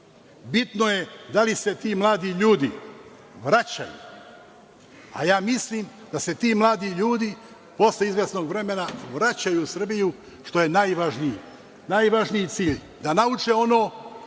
Bitno je da li se ti mladi ljudi vraćaju, a ja mislim da se ti mladi ljudi posle izvesnog vremena vraćaju u Srbiju, što je najvažnije. Najvažniji cilj je da nauče ono